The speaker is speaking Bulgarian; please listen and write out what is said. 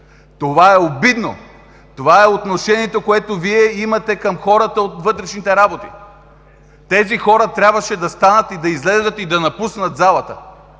Това е обидно. Това е отношението, което Вие имате към хората от вътрешните работи. Тези хора трябваше да станат и да излязат, и да напуснат залата.